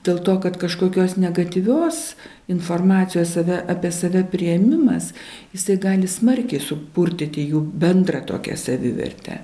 dėl to kad kažkokios negatyvios informacijos save apie save priėmimas jisai gali smarkiai supurtyti jų bendrą tokią savivertę